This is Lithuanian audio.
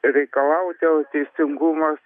reikalauti o teisingumas